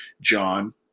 john